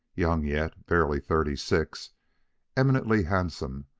young yet, barely thirty-six, eminently handsome,